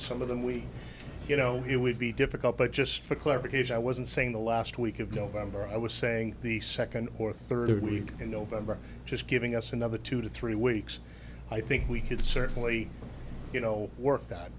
some of them we you know it would be difficult but just for clarification i wasn't saying the last week of november i was saying the second or third week in november just giving us another two to three weeks i think we could certainly you know work